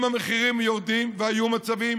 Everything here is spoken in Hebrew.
אם המחירים יורדים, והיו מצבים,